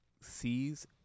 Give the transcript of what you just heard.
sees